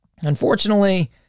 Unfortunately